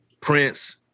Prince